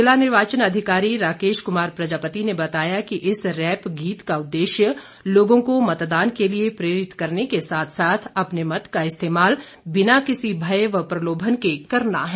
जिला निर्वाचन अधिकारी राकेश कुमार प्रजापति ने बताया कि इस रैप गीत का उद्देश्य लोगों को मतदान के लिए प्रेरित करने के साथ साथ अपने मत का इस्तेमाल बिना किसी भय व प्रलोभन के करना है